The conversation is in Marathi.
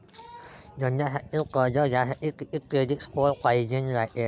धंद्यासाठी कर्ज घ्यासाठी कितीक क्रेडिट स्कोर पायजेन रायते?